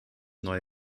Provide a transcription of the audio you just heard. neue